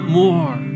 more